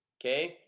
okay?